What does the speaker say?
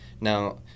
Now